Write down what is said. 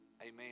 amen